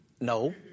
no